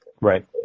Right